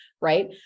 right